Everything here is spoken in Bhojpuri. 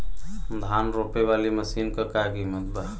धान रोपे वाली मशीन क का कीमत बा?